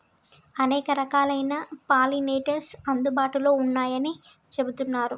అనేక రకాలైన పాలినేటర్స్ అందుబాటులో ఉన్నయ్యని చెబుతున్నరు